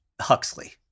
Huxley